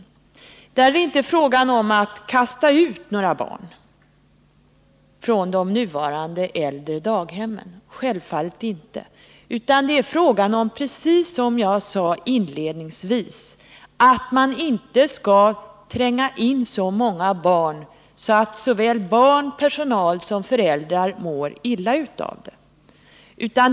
Det är självfallet inte fråga om att kasta ut några barn från de nuvarande äldre daghemmen, utan det är fråga om — precis som jag sade inledningsvis — att inte tränga in så många barn på daghemmen att såväl barn som personal och föräldrar mår illa av det.